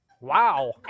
Wow